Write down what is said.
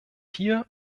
hier